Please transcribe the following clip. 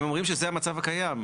הם אומרים שזה המצב הקיים.